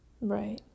right